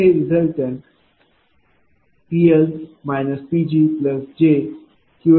इथे हे रीज़ल्टन्टPL PgjQL Qg अशाप्रकारे आहे